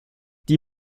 die